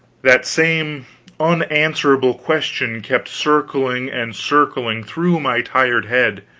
that same unanswerable question kept circling and circling through my tired head